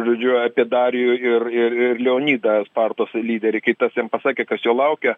žodžiu apie darijų ir ir ir leonidą spartos lyderį kaip tas jam pasakė kas jo laukia